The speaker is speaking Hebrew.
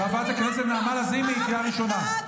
חברת הכנסת לזימי, בבקשה לא להפריע.